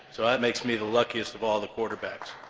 so that makes me the luckiest of all the quarterbacks.